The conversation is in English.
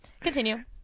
Continue